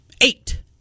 Eight